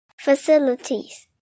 facilities